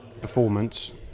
performance